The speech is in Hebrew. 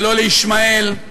ולא לישמעאל.